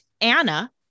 Anna